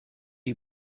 you